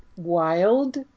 Wild